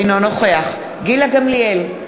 אינו נוכח גילה גמליאל,